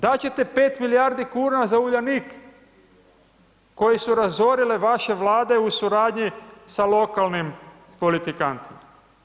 Dat ćete 5 milijardi kuna za Uljanik koji su razorile vaše Vlade u suradnji sa lokalnim politikantima.